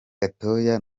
gatoya